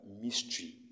mystery